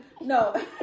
No